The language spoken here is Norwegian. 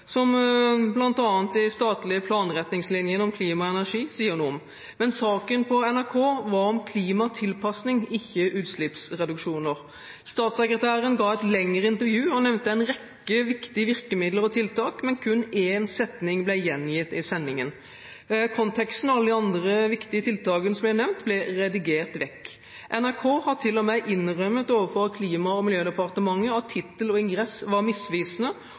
som bl.a. de statlige planretningslinjene om klima og energi sier noe om. Men saken på NRK var om klimatilpassing – ikke utslippsreduksjoner. Statssekretæren ga et lengre intervju og nevnte en rekke viktige virkemidler og tiltak, men kun én setning ble gjengitt i sendingen. Konteksten og alle de andre viktige tiltakene som ble nevnt, ble redigert vekk. NRK har til og med innrømmet overfor Klima- og miljødepartementet at tittel og ingress var misvisende,